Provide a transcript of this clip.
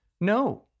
No